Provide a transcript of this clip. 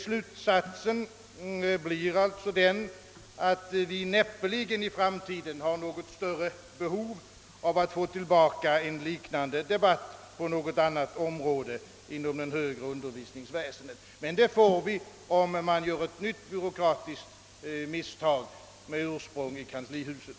Slutsatsen blir alltså, att vi i framtiden näppeligen har större behov av att få till stånd en liknande debatt på något annat område inom det högre undervisningsväsendet. Men det får vi, om ett nytt byråkratiskt misstag begås med ursprung i kanslihuset.